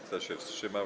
Kto się wstrzymał?